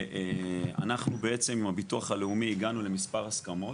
אנחנו והביטוח הלאומי הגענו למספר הסכמות.